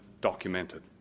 documented